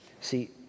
See